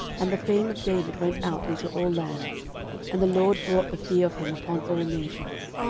and the fame of david went out into all lands and the lord brought the fear of him upon all nations.